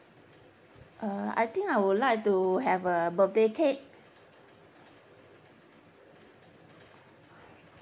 uh I think I would like to have a birthday cake